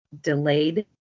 delayed